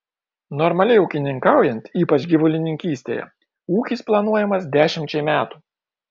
normaliai ūkininkaujant ypač gyvulininkystėje ūkis planuojamas dešimčiai metų